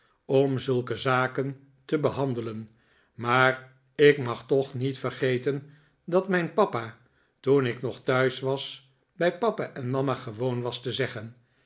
om zulke zaken te behandelen maar ik mag toch niet vergeten dat mijn papa toen ik nog thuis was bij papa en mama gewoon was te zeggen